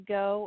go